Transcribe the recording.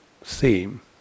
theme